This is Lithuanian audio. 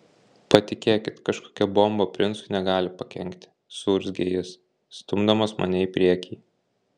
patikėkit kažkokia bomba princui negali pakenkti suurzgė jis stumdamas mane į priekį